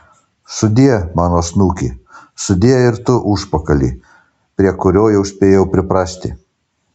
sudie mano snuki sudie ir tu užpakali prie kurio jau spėjau priprasti